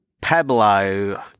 Pablo